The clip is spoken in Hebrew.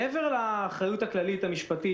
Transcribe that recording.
מעבר לאחריות הכללית המשפטית,